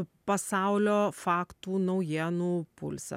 pasaulio faktų naujienų pulsą